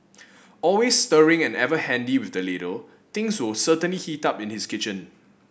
always stirring and ever handy with the ladle things will certainly heat up in his kitchen